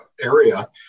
area